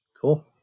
Cool